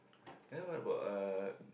then what about uh